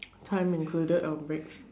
time included our breaks